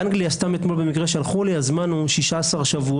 אתמול במקרה שלחו לי שבאנגליה הזמן הממוצע הוא 16 שבועות.